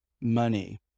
money